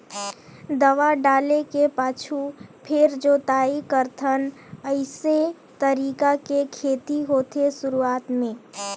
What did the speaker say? दवा डाले के पाछू फेर जोताई करथन अइसे तरीका के खेती होथे शुरूआत में